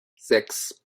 sechs